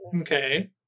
Okay